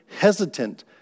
hesitant